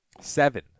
Seven